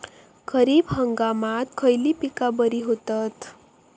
खरीप हंगामात खयली पीका बरी होतत?